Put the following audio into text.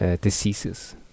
diseases